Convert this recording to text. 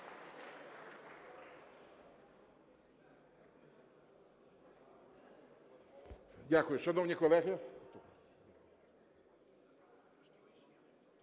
Дякую.